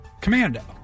commando